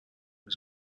was